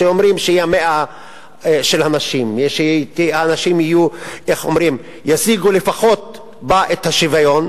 שאומרים שהיא המאה של הנשים והנשים ישיגו בה לפחות את השוויון,